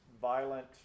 violent